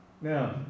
Now